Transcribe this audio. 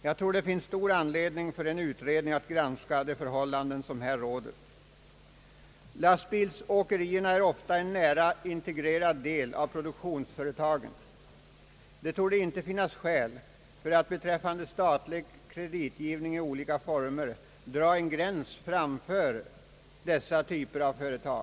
Jag tror det finns stor anledning för en utredning att granska de förhållanden som här råder. Lastbilsåkerierna är ofta en nära integrerad del av produktionsföretagen, och det torde inte finnas skäl att när det gäller statlig kreditgivning i olika former dra en gräns framför dessa typer av företag.